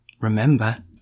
remember